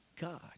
God